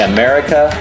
America